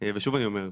ושוב אני אומר,